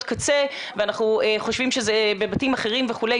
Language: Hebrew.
קצה ואנחנו חושבים שזה בבתים אחרים וכו'.